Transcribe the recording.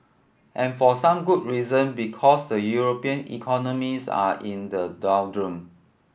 and for some good reason because the European economies are in the doldrums